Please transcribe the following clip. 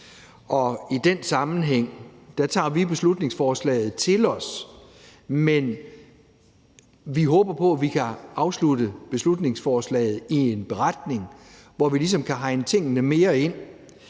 i den sammenhæng tager vi beslutningsforslaget til os. Men vi håber på, at vi kan afslutte beslutningsforslaget med en beretning, hvor vi ligesom kan hegne tingene mere ind.